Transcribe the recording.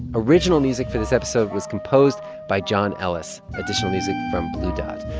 original music for this episode was composed by john ellis. additional music from blue dot.